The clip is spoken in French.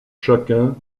chacun